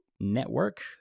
Network